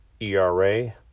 ERA